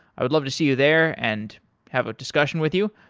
i would love to see you there and have a discussion with you.